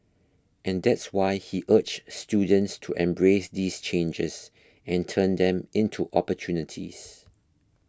and that's why he urged students to embrace these changes and turn them into opportunities